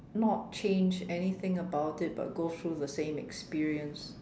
not change anything about it but go through the same experience